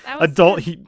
adult